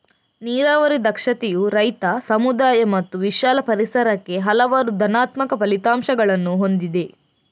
ನೀರಾವರಿ ದಕ್ಷತೆಯು ರೈತ, ಸಮುದಾಯ ಮತ್ತು ವಿಶಾಲ ಪರಿಸರಕ್ಕೆ ಹಲವಾರು ಧನಾತ್ಮಕ ಫಲಿತಾಂಶಗಳನ್ನು ಹೊಂದಿದೆ